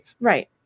Right